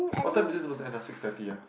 what time is this supposed to end ah six thirty ah